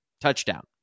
touchdown